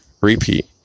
repeat